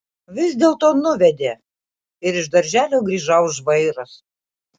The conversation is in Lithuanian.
vis dėlto nuvedė ir iš darželio grįžau žvairas